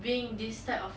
being this type of